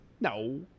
No